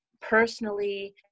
personally